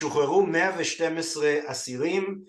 שוחררו 112 אסירים